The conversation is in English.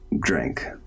drink